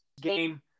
game